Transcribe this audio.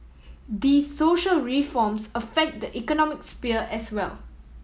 these social reforms affect the economic sphere as well